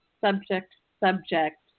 subject-subject